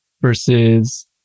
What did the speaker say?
versus